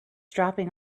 dropping